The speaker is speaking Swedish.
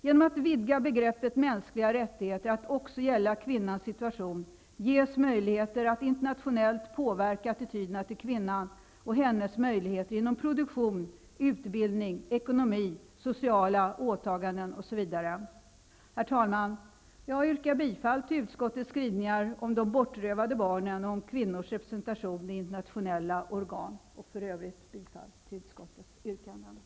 Genom att vidga begreppet mänskliga rättigheter att också gälla kvinnans situation ges möjligheter att internationellt påverka attityderna till kvinnan och hennes möjligheter inom produktion, utbildning, ekonomi, sociala åtaganden, osv. Herr talman! Jag yrkar bifall till utskottets skrivningar om de bortrövade barnen och om kvinnors representation i internationella organ samt till utskottets yrkanden i övrigt.